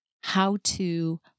how-to